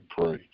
pray